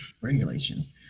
Regulation